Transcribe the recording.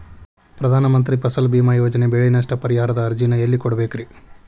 ಪ್ರಧಾನ ಮಂತ್ರಿ ಫಸಲ್ ಭೇಮಾ ಯೋಜನೆ ಬೆಳೆ ನಷ್ಟ ಪರಿಹಾರದ ಅರ್ಜಿನ ಎಲ್ಲೆ ಕೊಡ್ಬೇಕ್ರಿ?